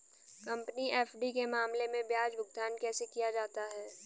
Company FD के मामले में ब्याज भुगतान कैसे किया जाता है?